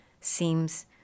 seems